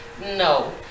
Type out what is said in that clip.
No